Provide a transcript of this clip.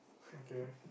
okay